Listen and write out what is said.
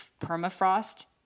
permafrost